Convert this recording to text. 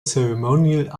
ceremonial